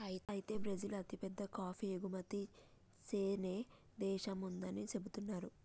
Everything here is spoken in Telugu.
అయితే బ్రిజిల్ అతిపెద్ద కాఫీ ఎగుమతి సేనే దేశంగా ఉందని సెబుతున్నారు